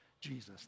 Jesus